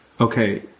okay